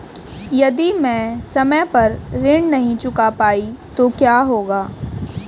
यदि मैं समय पर ऋण नहीं चुका पाई तो क्या होगा?